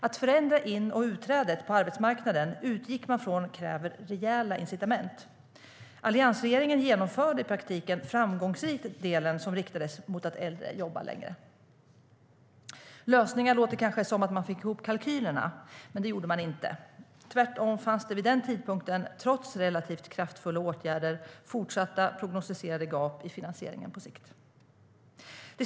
Att förändra in och utträdet på arbetsmarknaden kräver rejäla incitament, utgick man från. Alliansregeringen genomförde i praktiken framgångsrikt den del som riktades mot att få äldre att jobba längre. Lösningen låter kanske som att man fick ihop kalkylerna. Tvärtom fanns det vid den tidpunkten, trots relativt kraftfulla åtgärder, fortsatta prognostiserade gap i finansieringen på sikt.